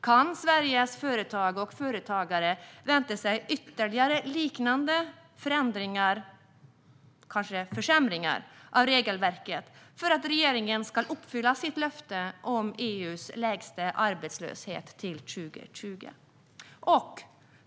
Kan Sveriges företagare vänta sig ytterligare liknande förändringar, kanske försämringar, av regelverket för att regeringen ska uppfylla sitt löfte om EU:s lägsta arbetslöshet till 2020?